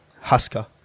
Husker